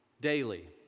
daily